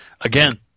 Again